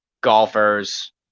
golfers